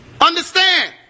Understand